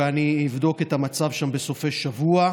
ואני אבדוק את המצב שם בסופי שבוע.